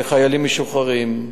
לחיילים משוחררים.